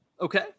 Okay